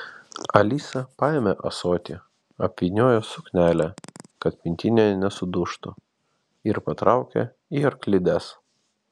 alisa paėmė ąsotį apvyniojo suknele kad pintinėje nesudužtų ir patraukė į arklides